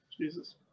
Jesus